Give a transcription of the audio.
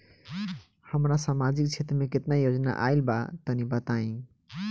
हमरा समाजिक क्षेत्र में केतना योजना आइल बा तनि बताईं?